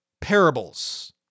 parables